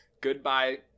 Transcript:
goodbye